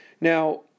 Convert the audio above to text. Now